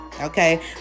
okay